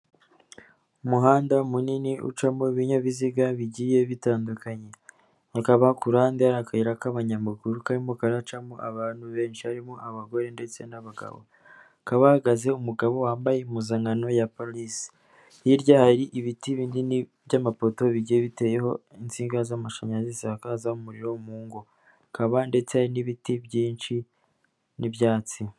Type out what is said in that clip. Umuhanda munini ucamo ibinyabiziga bigiye bitandukanye ikaba kurande ari akayira k'abanyamaguru karimo karacamo abantu benshi harimo abagore ndetse n'abagabo, hakaba hahagaze umugabo wambaye impuzankano ya polise, hirya hari ibiti binini by'amapoto bigiye biteyeho insinga z'amashanyarazi zisakaza umuriro mu ngo akaba ndetse n'ibiti byinshi n'ibyatsi.